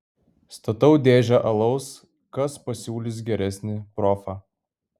statau dėžę alaus kas pasiūlys geresnį profą